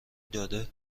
داده